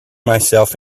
myself